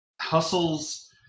hustles